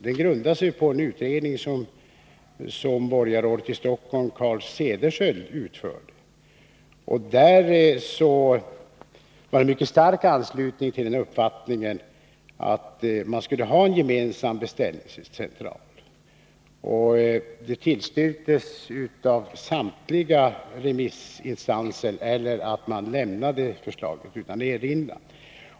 Den grundar sig på en utredning som borgarrådet i Stockholm Carl Cederschiöld utfört, och där det var en mycket stark anslutning kring uppfattningen att man skulle ha en gemensam beställningscentral. Samtliga remissinstanser tillstyrkte att förslaget skulle lämnas utan erinran.